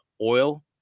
oil